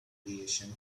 creation